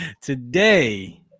today